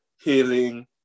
healing